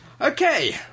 Okay